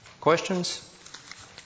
Questions